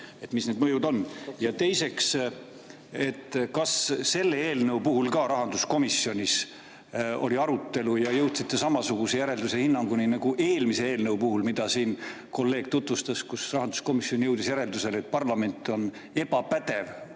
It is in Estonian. ja mis need mõjud on. Ja teiseks: kas ka selle eelnõu puhul rahanduskomisjonis oli arutelu ja jõudsite samasuguse järelduseni või hinnanguni nagu eelmise eelnõu puhul, mida siin kolleeg tutvustas? Pean siin silmas, et rahanduskomisjon jõudis järeldusele, et parlament on ebapädev,